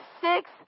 six